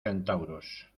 centauros